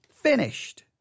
finished